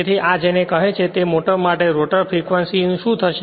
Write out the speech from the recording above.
તેથી આ જેને કહે છે તે માટે રોટર ફ્રેક્વંસી શું થશે